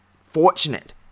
fortunate